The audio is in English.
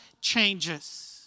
changes